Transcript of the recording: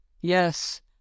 yes